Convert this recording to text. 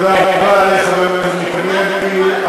תודה רבה לחבר הכנסת מיקי לוי.